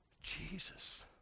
Jesus